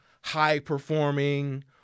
high-performing